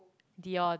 Dion